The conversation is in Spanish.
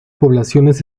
poblaciones